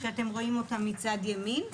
שאתם רואים אותם מצד ימין,